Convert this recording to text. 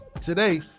today